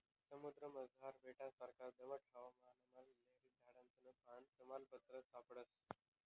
समुद्रमझार बेटससारखा दमट हवामानमा लॉरेल झाडसनं पान, तमालपत्र सापडस